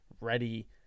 ready